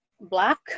black